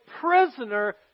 prisoner